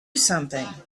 something